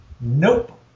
Nope